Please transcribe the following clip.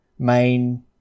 main